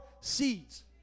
seeds